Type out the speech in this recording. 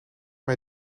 mij